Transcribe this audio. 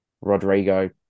Rodrigo